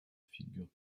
figure